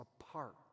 apart